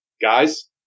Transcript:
guys